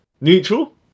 neutral